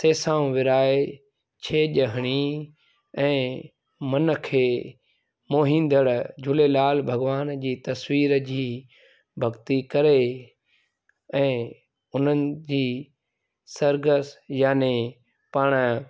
सेसाऊं विरिहाए छेॼ हणी ऐं मन खे मोहींदड़ झूलेलाल भॻवान जी तस्वीर जी भॻिती करे ऐं उन्हनि जी सर्गसि याने पाण